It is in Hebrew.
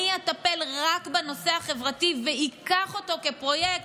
אני אטפל רק בנושא החברתי ואקח אותו כפרויקט,